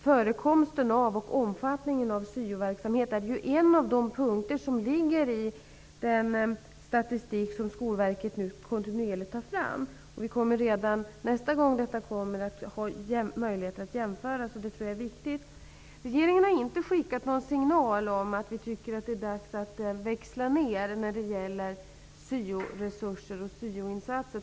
Förekomsten och omfattningen av syoverksamhet är en av de punkter som finns med i den statistik som Skolverket nu kontinuerligt tar fram. Redan nästa gång vi får sådan statistik får vi en möjlighet att göra jämförelser. Det är viktigt. Regeringen har inte skickat någon signal om att vi tycker att det är dags att växla ner när det gäller syoresurser och syoinsatser.